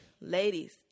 Ladies